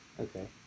Okay